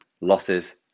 losses